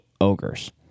ogres